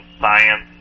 science